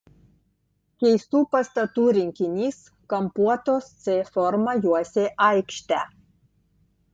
keistų pastatų rinkinys kampuotos c forma juosė aikštę